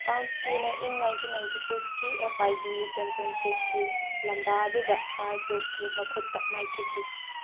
ꯀꯥꯝꯁ꯭ꯀꯤꯅ in nineteen ninety ꯁꯤꯛꯁꯀꯤ F I D E ꯆꯦꯝꯄꯤꯌꯟꯆꯤꯞꯀꯤ ꯂꯝꯕꯥ ꯑꯗꯨꯗ ꯀꯥꯔꯄ꯭ꯔꯨꯞꯀꯤ ꯃꯈꯨꯠꯇ ꯃꯥꯏꯊꯤꯈꯤ